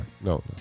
no